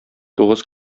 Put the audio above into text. тугыз